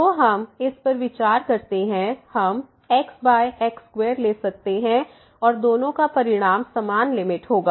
तो हम इस पर विचार करते हैं हम x x2ले सकते हैं और दोनों का परिणाम समान लिमिट होगा